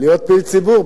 להיות פעיל ציבור.